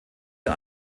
der